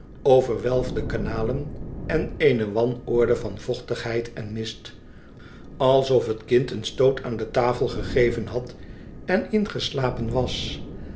overwelfde kanalen en eene wanorde van vochtigheid en mist alsof het kind een stoot aan de tafel gegeven had en ingeslapen was